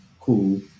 Cool